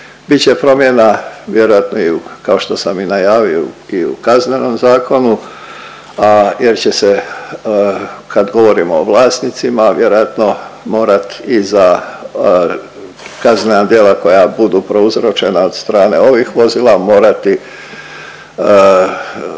Bit će promjena, vjerojatno i u, kao što sam i najavio i u Kaznenom zakonu, a, jer će se, kad govorimo o vlasnicima, vjerojatno morat i za kaznena djela koja budu prouzročena od strane ovih vozila morati,